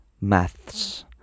Maths